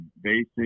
basic